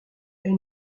est